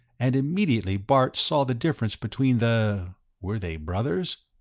and immediately bart saw the difference between the were they brothers?